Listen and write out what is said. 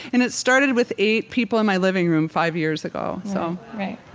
and it started with eight people in my living room five years ago so